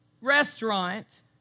restaurant